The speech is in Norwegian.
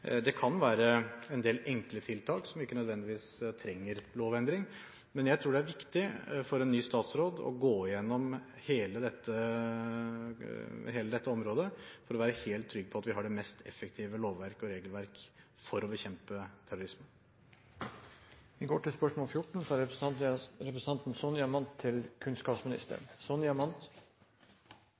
Det kan være en del enkle tiltak som ikke nødvendigvis trenger lovendring, men jeg tror det er viktig for en ny statsråd å gå gjennom hele dette området for å være helt trygg på at vi har det mest effektive lovverket og regelverket for å bekjempe terrorisme. «Barnehagen er en viktig arena for innvandrerbarn til